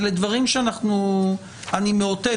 אני מאותת,